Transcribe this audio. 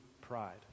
pride